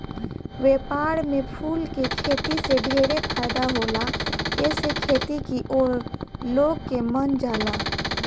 व्यापार में फूल के खेती से ढेरे फायदा होला एसे खेती की ओर लोग के मन जाला